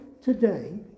today